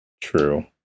True